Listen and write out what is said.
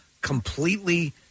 completely